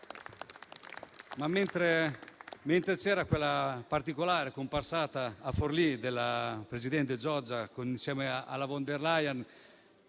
C'è stata quella particolare comparsata a Forlì della presidente Giorgia insieme alla von der Leyen: